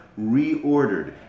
reordered